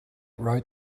wrote